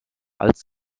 als